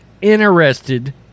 interested